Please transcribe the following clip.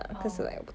oh